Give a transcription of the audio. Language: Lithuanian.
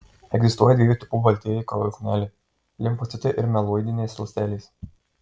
egzistuoja dviejų tipų baltieji kraujo kūneliai limfocitai ir mieloidinės ląstelės